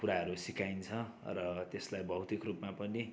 कुराहरू सिकाइन्छ र त्यसलाई भौतिक रूपमा पनि